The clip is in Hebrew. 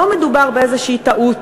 שלא מדובר באיזושהי טעות.